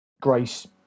Grace